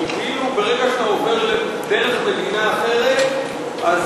שכאילו ברגע שאתה עובר דרך מדינה אחרת אז